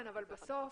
אבל בסוף,